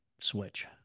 switch